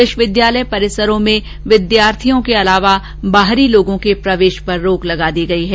विश्वविद्यालय परिसरों में विद्यार्थियों के अतिरिक्त बाहरी लोगों के प्रवेश पर रोक लगा दी गयी है